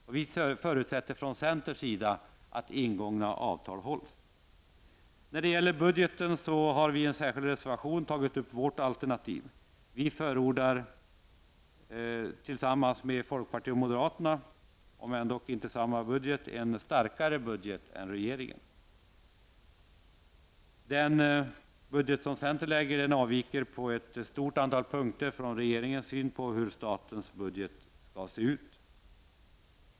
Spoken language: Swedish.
Vi i centern förutsätter att ingångna avtal hålls. När det gäller budgeten har vi i centerpartiet i en särskild reservation tagit upp vårt alternativ. Vi förordar, tillsammans med folkpartiet och moderaterna -- om ändock inte samma budget -- en starkare budget än regeringen. Den budget som centern föreslår avviker på ett stort antal punkter från regeringens syn på hur statens budget skall se ut.